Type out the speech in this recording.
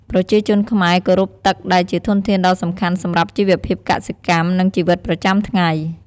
ប្រជាជនខ្មែរគោរពទឹក ដែលជាធនធានដ៏សំខាន់សម្រាប់ជីវភាពកសិកម្ម និងជីវិតប្រចាំថ្ងៃ។